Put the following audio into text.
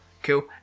Cool